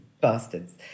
bastards